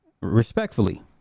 respectfully